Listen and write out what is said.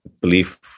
belief